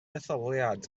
etholiad